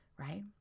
right